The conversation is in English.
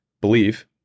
believe